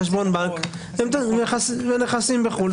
חשבון בנק ונכסים בחו"ל.